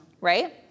right